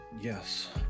Yes